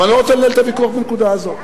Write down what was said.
אבל אני לא רוצה לנהל את הוויכוח בנקודה הזאת.